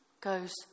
goes